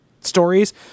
stories